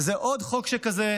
זה עוד חוק שכזה,